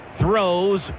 Throws